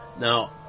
Now